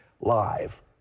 live